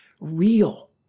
real